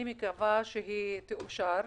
אני מקווה שהיא תאושר.